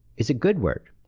is a good word.